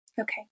Okay